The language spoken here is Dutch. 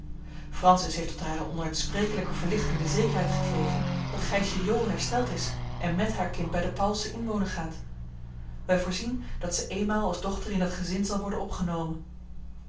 francis heeft tot hare onuitsprekelijke verlichting de zekerheid gekregen dat gijsje jool hersteld is en met haar kind bij de pauwelsen inwonen gaat wij voorzien dat ze eenmaal als dochter in dat gezin zal worden opgenomen